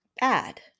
bad